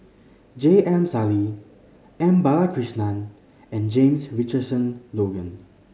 J M Sali M Balakrishnan and James Richardson Logan